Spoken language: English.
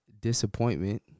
disappointment